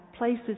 Places